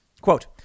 Quote